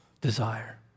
desire